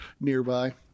nearby